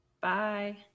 Bye